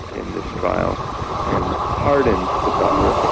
in this trial and pardoned the butler.